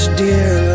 dear